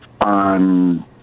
on